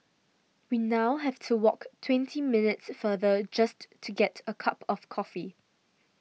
we now have to walk twenty minutes farther just to get a cup of coffee